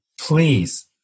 please